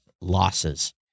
losses